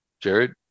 Jared